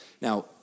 Now